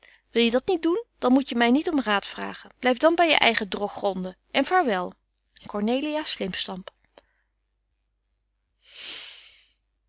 wil je dat niet doen dan moet je my niet om raad vragen blyf dan by je eigen droggronden en vaarwel